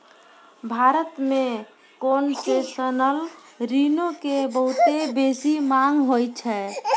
भारत मे कोन्सेसनल ऋणो के बहुते बेसी मांग होय छै